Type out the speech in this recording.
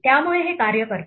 त्यामुळे हे कार्य करते